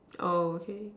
oh okay